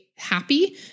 happy